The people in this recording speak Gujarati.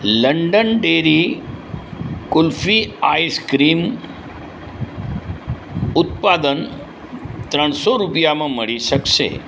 લંડન ડેરી કુલ્ફી આઈસ્ક્રીમ ઉત્પાદન ત્રણસો રૂપિયામાં મળી શકશે